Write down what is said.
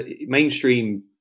mainstream